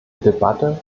debatte